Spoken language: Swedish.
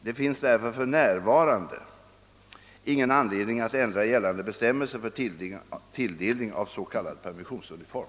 Det finns därför för närvarande ingen anledning att ändra gällande bestämmelser för tilldelning av så kallad permissionsuniform.